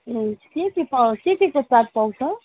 ए के के पाउ के केको चाट पाउँछ